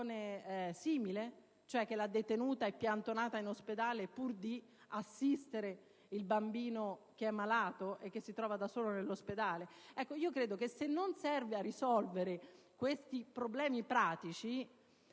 soluzione simile, cioè che la detenuta è piantonata in ospedale pur di assistere il bambino che è malato e che si trova da solo? Se non serve a risolvere questi problemi pratici,